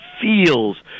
feels